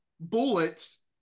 Bullets